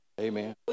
Amen